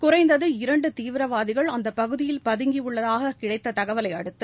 குறைந்தது இரண்டு தீவிரவாதிகள் அந்த பகுதியில் பதுங்கி உள்ளதாக கிடைத்த தகவலை அடுத்து